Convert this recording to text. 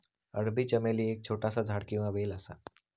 अरबी चमेली एक छोटासा झाड किंवा वेल असा